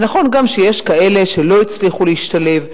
ונכון גם שיש כאלה שלא הצליחו להשתלב,